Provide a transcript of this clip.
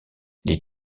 les